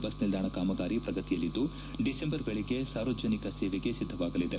bus ನಿಲ್ದಾಣ ಕಾಮಗಾರಿ ಪ್ರಗತಿಯಲಿದ್ದು ಡಿಸೆಂಬರ್ ವೇಳೆಗೆ ಸಾರ್ವಜನಿಕ ಸೇವೆಗೆ ಸಿದ್ದವಾಗಲಿದೆ